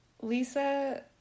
Lisa